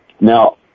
Now